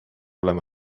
oleme